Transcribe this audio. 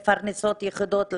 הן מפרנסות יחידות.